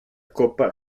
copa